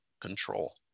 control